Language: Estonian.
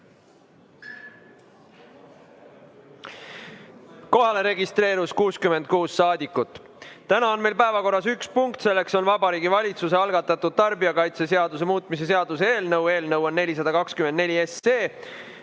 Kohalolijaks registreerus 66 saadikut. Täna on meil päevakorras üks punkt. Selleks on Vabariigi Valitsuse algatatud tarbijakaitseseaduse muutmise seaduse eelnõu 424,